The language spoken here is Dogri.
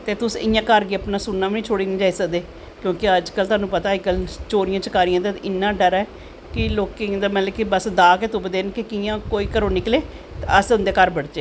ते तुस इयां घर बी सिन्ना बी नी छोड़ियै जाई सकदे क्योंकि अज्ज कल तोहानू पता ऐ कि चेरियें चकारियें दा इन्ना डर ऐ कि लोकें गी ते बस दाऽ गै तुप्पदे न कि कियां कोई घरों निकलै ते अस घर बड़चै